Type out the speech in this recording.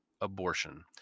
abortion